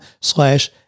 slash